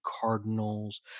cardinals